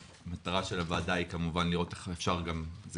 המטרה של הוועדה היא כמובן לראות אם אפשר להרחיב